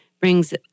brings